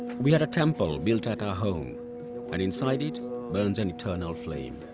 we had a temple built at our home and inside it burns an eternal flame.